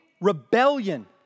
rebellion